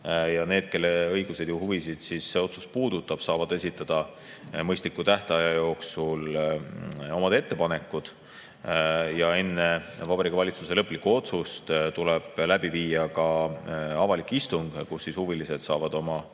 ja need, kelle õigusi ja huvisid see otsus puudutab, saavad esitada mõistliku tähtaja jooksul oma ettepanekud. Ja enne Vabariigi Valitsuse lõplikku otsust tuleb läbi viia ka avalik istung, kus huvilised saavad oma